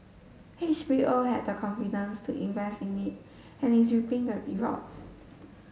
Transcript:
H B O had the confidence to invest in it and is reaping the rewards